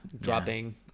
dropping